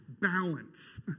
balance